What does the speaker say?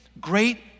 great